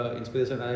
inspiration